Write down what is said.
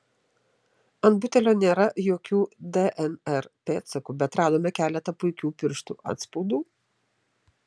ant butelio nėra jokių dnr pėdsakų bet radome keletą puikių pirštų atspaudų